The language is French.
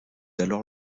alors